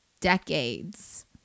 decades